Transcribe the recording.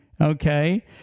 Okay